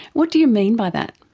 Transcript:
what do you mean by that?